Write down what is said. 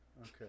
Okay